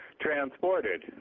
transported